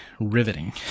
riveting